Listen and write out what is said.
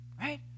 Right